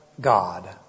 God